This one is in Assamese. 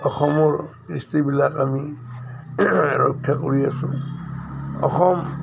অসমৰ কৃষ্টিবিলাক আমি ৰক্ষা কৰি আছোঁ অসম